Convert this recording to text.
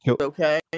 Okay